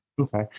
Okay